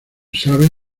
sabes